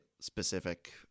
specific